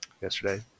yesterday